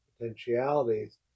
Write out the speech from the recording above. potentialities